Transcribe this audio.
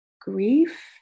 grief